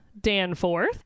Danforth